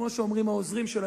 כמו שאומרים העוזרים שלו.